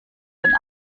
den